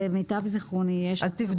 למיטב זיכרוני כן.